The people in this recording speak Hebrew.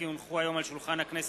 כי הונחו היום על שולחן הכנסת,